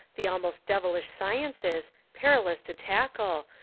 the almost devilish sciences, perilous to tackle,